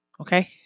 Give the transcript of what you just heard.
okay